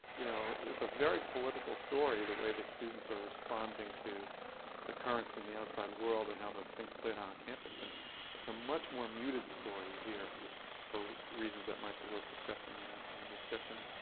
you know it's a very political story the way the students are responding to the currents in the outside world and how those things played out on campus. and it's a much more muted story here for reasons that might be worth discussing. and in the discussion,